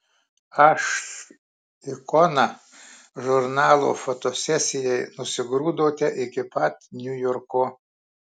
aš ikona žurnalo fotosesijai nusigrūdote iki pat niujorko